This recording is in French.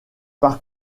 par